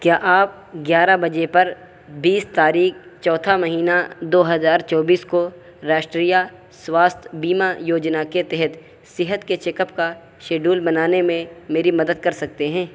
کیا آپ گیارہ بجے پر بیس تاریخ چوتھا مہینہ دو ہزار چوبیس کو راشٹریہ سواستھ بیمہ یوجنا کے تحت صحت کے چیک اپ کا شیڈول بنانے میں میری مدد کر سکتے ہیں